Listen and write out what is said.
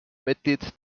mitglied